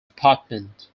apartment